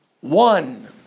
one